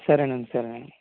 సరేనండి సరే